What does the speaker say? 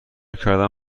کردم